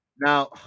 Now